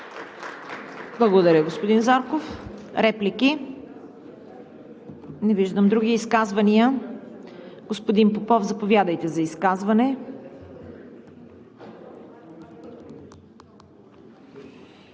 Благодаря, господин Зарков. Реплики? Не виждам. Други изказвания? Господин Попов, заповядайте за изказване.